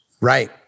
Right